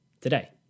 today